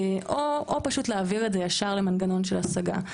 או פשוט להעביר ישר למנגנון של השגה.